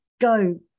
go